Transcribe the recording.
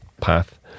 path